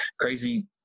crazy